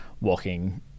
walking